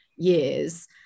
years